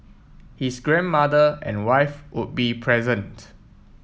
his grandmother and wife would be present